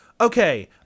Okay